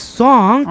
song